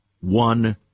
one